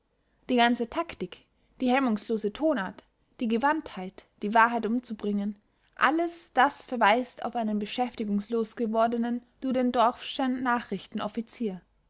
die ganze taktik die hemmungslose tonart die gewandtheit die wahrheit umzubringen alles das verweist auf einen beschäftigungslos gewordenen ludendorffschen nachrichtenoffizier